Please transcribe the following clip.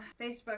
Facebook